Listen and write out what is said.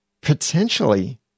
potentially